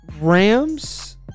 Rams